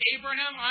Abraham